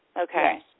Okay